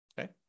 Okay